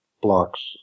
blocks